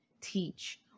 teach